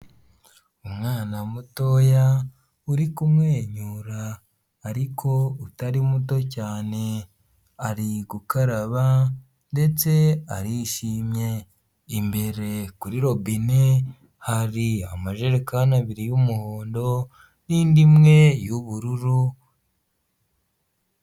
Umwana mutoya uri kumwenyura ariko utari muto cyane, ari gukaraba ndetse arishimye, imbere kuri robine hari amajerekani abiri y'umuhondo n'indi imwe y'ubururu.